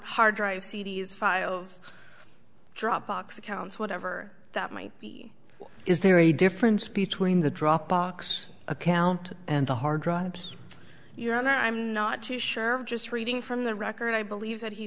hard drive c d s files dropbox accounts whatever that might be is there a difference between the dropbox account and the hard drives your honor i'm not too sure of just reading from the record i believe that he